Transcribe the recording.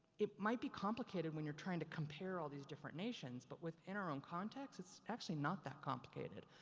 it might be complicated when you're trying to compare all these different nations. but within our own context, it's actually not that complicated.